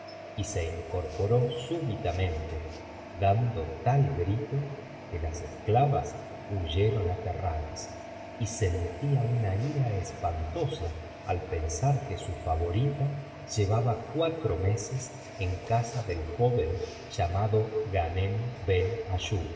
y se incorporó súbitamente dando tal grito que las esclavas huyeron aterradas y sentía una ira espantosa al pensar que su favorita llevaba cuatro meses en casa del joven llamado ghanem